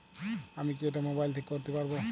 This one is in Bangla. আমি কি এটা মোবাইল থেকে করতে পারবো?